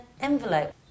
envelope